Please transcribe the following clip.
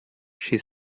she